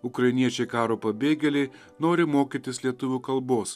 ukrainiečiai karo pabėgėliai nori mokytis lietuvių kalbos